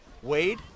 Wade